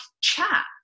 chat